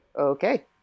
Okay